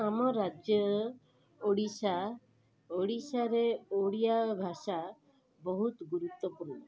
ଆମ ରାଜ୍ୟ ଓଡ଼ିଶା ଓଡ଼ିଶାରେ ଓଡ଼ିଆଭାଷା ବହୁତ ଗୁରୁତ୍ଵପୂର୍ଣ୍ଣ